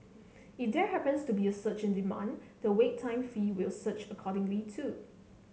if there happens to be a surge in demand the wait time fee will surge accordingly too